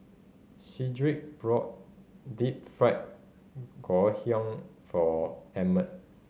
Sedrick brought Deep Fried Ngoh Hiang for Ammon